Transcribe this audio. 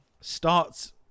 starts